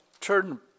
turn